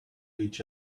each